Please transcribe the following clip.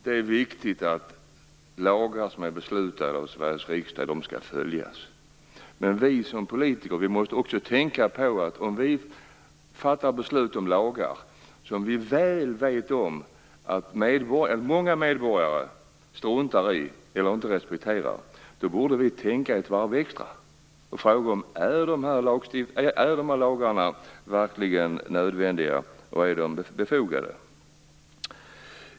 Det är viktigt att de lagar som är beslutade av Sveriges riksdag skall följas. Men vi politiker måste också, om vi fattar beslut om lagar som vi väl vet att många medborgare struntar i eller inte respekterar, tänka ett varv extra. Vi borde fråga oss: Är de här lagarna verkligen nödvändiga? Är de befogade?